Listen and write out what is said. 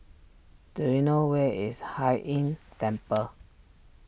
do you know where is Hai Inn Temple